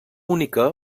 única